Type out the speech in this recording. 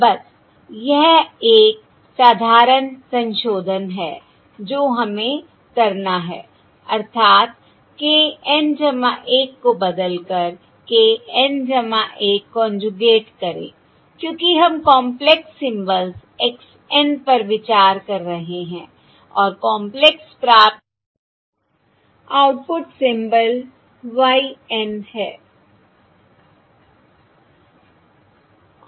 बस यह एक साधारण संशोधन है जो हमें करना है अर्थात k N 1 को बदलकर k N 1 कोंजूगेट करें क्योंकि हम कॉंपलेक्स सिम्बल्स x N पर विचार कर रहे हैं और कॉंपलेक्स प्राप्त आउटपुट सिम्बल y N है